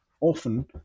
often